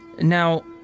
Now